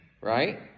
right